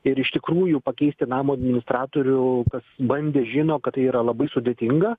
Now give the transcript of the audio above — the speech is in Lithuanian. ir iš tikrųjų pakeisti namo administratorių kas bandė žino kad tai yra labai sudėtinga